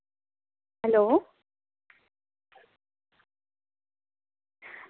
hello